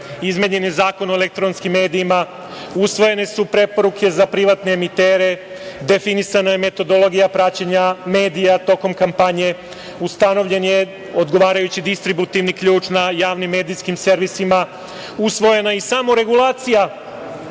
izmenjen je Zakono o elektronskim medijima, usvojene su preporuke za privremene emitere, definisana je metodologija praćenja medija tokom kampanje, ustanovljen je odgovarajući distributivni ključ na javnim medijskim servisima, usvojena je i samo regulacija